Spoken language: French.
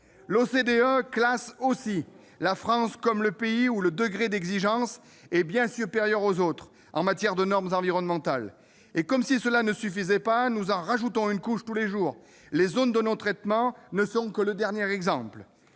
classe ainsi la France comme le pays où le degré d'exigence est bien supérieur aux autres en matière de normes environnementales. Et comme si cela ne suffisait pas, nous en rajoutons une couche tous les jours : les zones de non-traitement ne sont, en la matière, que